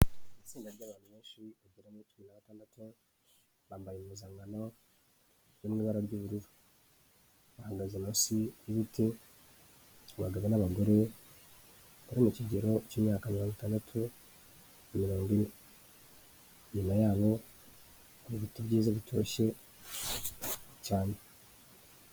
Itsinda ry'abantu benshi bagera muri cumi nabatanda, bambaye impuzankano iri mu ibara ry'ubururu. Bahagaze munsi y'ibiti, abagabo n'abagore, bari mu kigero cy'imyaka mirongo itandatu na mirongo ine. Inyuma hari ibiti byiza bitoshye cyane.